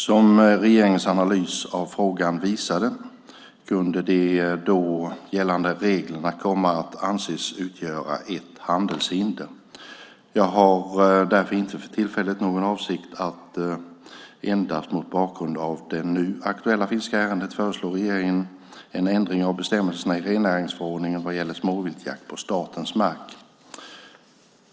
Som regeringens analys av frågan visade kunde de då gällande reglerna komma att anses utgöra ett handelshinder. Jag har därför inte för tillfället någon avsikt att enbart mot bakgrund av det nu aktuella finska ärendet föreslå regeringen en ändring av bestämmelserna i rennäringsförordningen vad gäller småviltsjakt på statens mark.